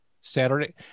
saturday